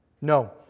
No